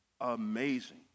amazing